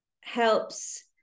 helps